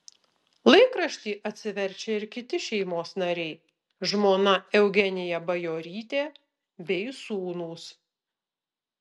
laikraštį atsiverčia ir kiti šeimos nariai žmona eugenija bajorytė bei sūnūs